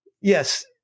yes